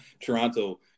Toronto –